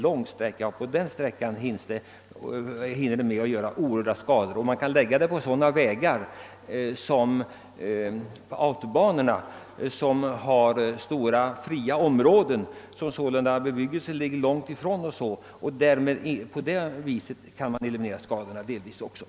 På en så lång sträcka hinner saltet vålla oerhörda skador. Man kan ju lägga det på motorvägarna, som har stora friområden och ligger långt från bebyggelsen. På det sättet kan man: delvis eliminera skadeverkningarna.